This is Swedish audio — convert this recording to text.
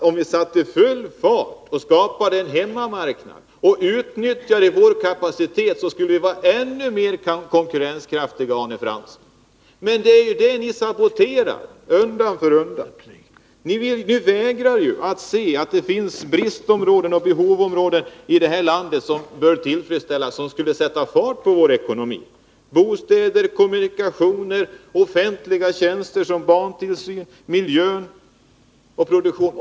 Om vi satte full fart och skapade en hemmamarknad och utnyttjade vår kapacitet, skulle vi vara ännu mera konkurrenskraftiga, Arne Fransson! Men i det fallet saboterar ni det hela undan för undan. Ni vägrar att inse att det finns bristområden och behovsområden i det här landet som borde främjas för att vi därmed skulle få fart på vår ekonomi. Det gäller bostäder, kommunikationer och offentliga tjänster, såsom barntillsynen, miljön och produktionen.